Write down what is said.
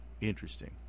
Interesting